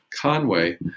Conway